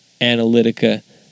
Analytica